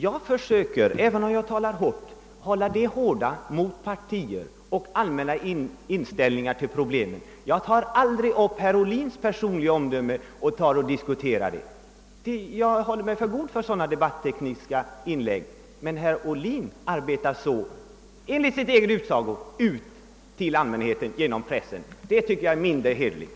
Jag försöker, även om jag uttrycker mig hårt, rikta hårdheten mot partier och allmänna inställningar till problemen. Jag tar aldrig upp herr Ohlins personliga omdöme till diskussion. Jag håller mig för god för sådana debatttekniska inlägg, men herr Ohlin arbetar så, enligt egen utsago: Ut till allmänheten genom pressen! Jag tycker att det inte är särskilt hederligt.